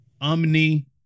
omni